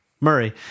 Murray